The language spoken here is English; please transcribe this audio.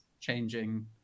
changing